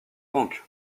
banque